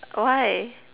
why